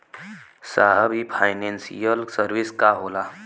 साहब इ financial service का होला?